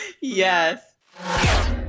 Yes